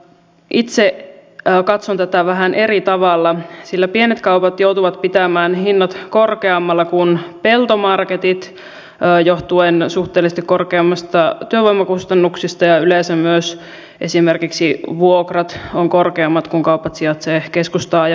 itse katson tätä vähän eri tavalla sillä pienet kaupat joutuvat pitämään hinnat korkeammalla kuin peltomarketit johtuen suhteellisesti korkeammista työvoimakustannuksista ja yleensä myös esimerkiksi vuokrat ovat korkeammat kun kaupat sijaitsevat keskustaajamissa